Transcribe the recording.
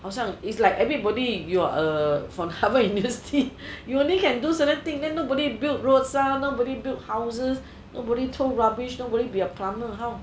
好像 is like everybody you're from uh harvard university you only can certain things then nobody build roads ah nobody build houses nobody tow rubbish nobody be a plumber how